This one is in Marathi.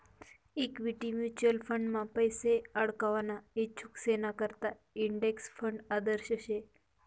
इक्वीटी म्युचल फंडमा पैसा आडकवाना इच्छुकेसना करता इंडेक्स फंड आदर्श शे